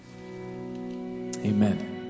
Amen